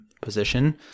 position